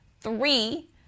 Three